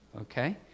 okay